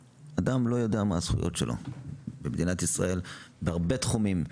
אדם במדינת ישראל לא יודע מה הזכויות שלו בהרבה תחומים.